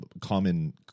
common